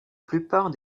plupart